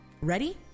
Ready